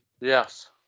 Yes